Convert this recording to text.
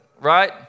right